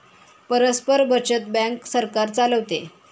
परस्पर बचत बँक सरकार चालवते